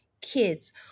kids